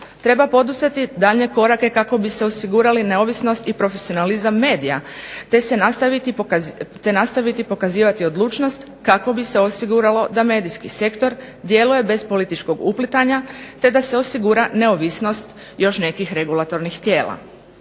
Treba poduzeti daljnje korake kako bi se osigurali neovisnost i profesionalizam medija, te nastaviti pokazivati odlučnost kako bi se osiguralo da medijski sektor djeluje bez političkog uplitanja, te da se osigura neovisnost još nekih regulatornih tijela.